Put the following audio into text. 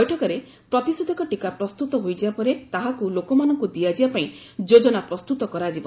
ବୈଠକରେ ପ୍ରତିଷେଧକ ଟିକା ପ୍ରସ୍ତୁତ ହୋଇଯିବା ପରେ ତାହାକୁ ଲୋକମାନଙ୍କୁ ଦିଆଯିବା ପାଇଁ ଯୋଚ୍ଚନା ପ୍ରସ୍ତୁତ କରାଯିବ